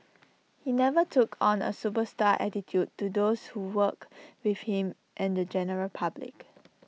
he never took on A superstar attitude to those who worked with him and the general public